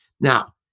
Now